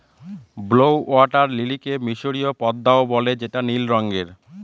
blue water লিলিকে মিসরীয় পদ্মাও বলে যেটা নীল রঙের